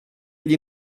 gli